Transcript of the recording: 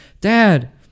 dad